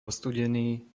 studený